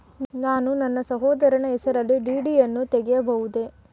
ನಾನು ನನ್ನ ಸಹೋದರನ ಹೆಸರಿನಲ್ಲಿ ಡಿ.ಡಿ ಯನ್ನು ತೆಗೆಯಬಹುದೇ?